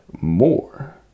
more